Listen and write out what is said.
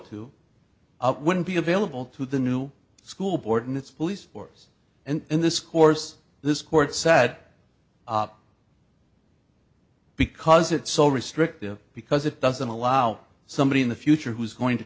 to wouldn't be available to the new school board in its police force and in this course this court set up because it's so restrictive because it doesn't allow somebody in the future who is going to